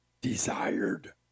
desired